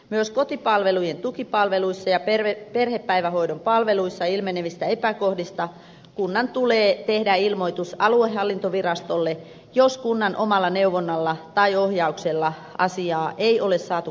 myös kotipalvelujen tukipalveluissa ja perhepäivähoidon palveluissa ilmenevistä epäkohdista kunnan tulee tehdä ilmoitus aluehallintovirastolle jos kunnan omalla neuvonnalla tai ohjauksella asiaa ei ole saatu korjattua